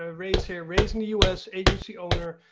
ah ray's here, ray's in the us, agency owner,